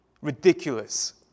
Ridiculous